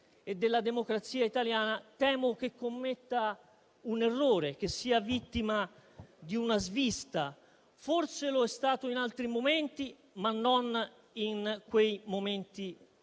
e della democrazia italiana, temo che commetta un errore e che sia vittima di una svista. Forse lo è stato in altri momenti, ma non in quelli